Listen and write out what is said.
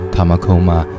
Kamakoma